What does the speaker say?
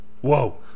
Whoa